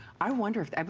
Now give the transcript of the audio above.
i wonder if